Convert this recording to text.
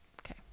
Okay